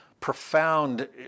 profound